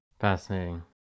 Fascinating